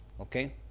Okay